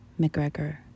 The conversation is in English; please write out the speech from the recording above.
McGregor